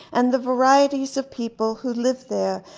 and the variety of people who lived there,